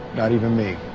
not even me,